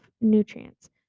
nutrients